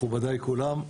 מכובדיי כולם,